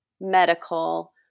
medical